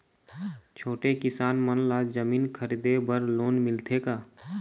छोटे किसान मन ला जमीन खरीदे बर लोन मिलथे का?